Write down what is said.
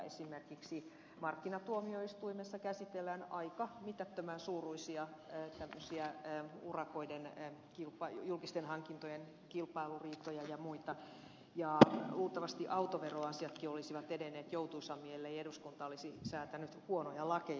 esimerkiksi markkinatuomioistuimessa käsitellään aika mitättömän suuruisia töitä pysyäkseen urakoiden em kilpailu julkisten hankintojen kilpailuriitoja ja muita ja luultavasti autoveroasiatkin olisivat edenneet joutuisammin ellei eduskunta olisi säätänyt huonoja lakeja